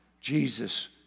Jesus